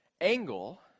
angle